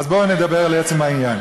אז בואו נדבר על עצם העניין.